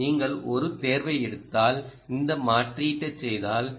நீங்கள் ஒரு தேர்வை எடுத்தால் இந்த மாற்றீட்டைச் செய்தால்